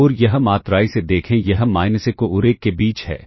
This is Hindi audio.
और यह मात्रा इसे देखें यह माइनस 1 और 1 के बीच है